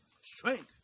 Strength